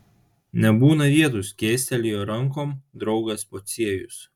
nebūna vietų skėstelėjo rankom draugas pociejus